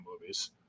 movies